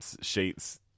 sheets